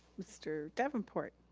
mr. davenport.